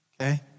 Okay